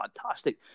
fantastic